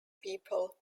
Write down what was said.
people